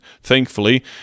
Thankfully